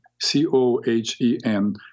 C-O-H-E-N